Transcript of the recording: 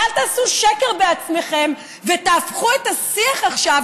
אז אל תעשו שקר בעצמכם ותהפכו את השיח עכשיו